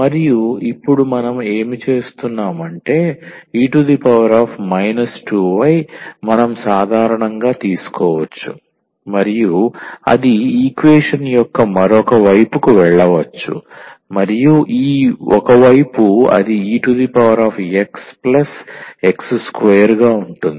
మరియు ఇప్పుడు మనం ఏమి చేస్తున్నాము అంటే 𝑒−2𝑦 మనం సాధారణం గా తీసుకోవచ్చు మరియు అది ఈక్వేషన్ యొక్క మరొక వైపుకు వెళ్ళవచ్చు మరియు ఈ ఒక వైపు అది e𝑥 𝑥2 గా ఉంటుంది